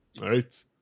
right